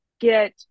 get